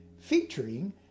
featuring